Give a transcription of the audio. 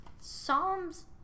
Psalms